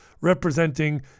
representing